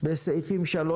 על סעיף 3,